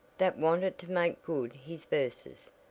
that wanted to make good his verses.